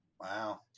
Wow